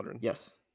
Yes